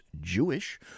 Jewish